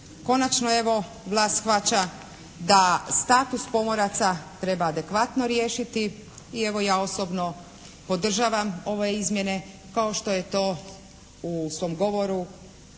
konačno evo vlast shvaća da status pomoraca treba adekvatno riješiti i evo ja osobno podržavam ove izmjene kao što je to u svom govoru